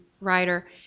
writer